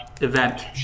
event